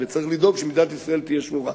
וצריך לדאוג שמדינת ישראל תהיה שמורה.